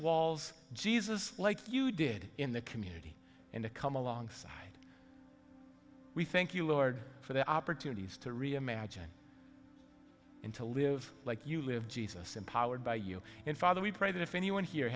walls jesus like you did in the community and to come alongside we thank you lord for the opportunities to reimagine and to live like you live jesus empowered by you and father we pray that if anyone here